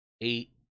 eight